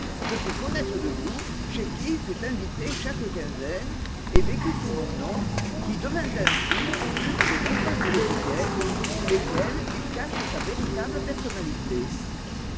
se fit connaître de vous chez qui il fut invité chaque quinzaine et vécut sous mon nom qui devint ainsi l'une des nombreuses étiquettes sous lesquelles il cache sa véritable personnalité